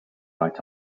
right